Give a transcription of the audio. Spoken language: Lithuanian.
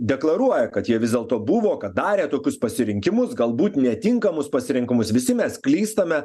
deklaruoja kad jie vis dėlto buvo kad darė tokius pasirinkimus galbūt netinkamus pasirinkimus visi mes klystame